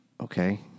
Okay